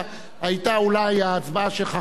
היתה אולי ההצבעה שלך חוקית.